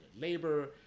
labor